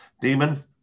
Demon